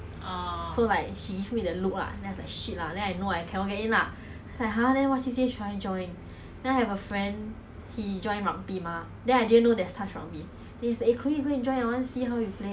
don't need cause I want to be in competitive team [what] then just nice touch rugby back then don't need to like don't need to don't have referee mah so I go and join lor then I continue until now but I wanted to quit halfway lah